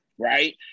right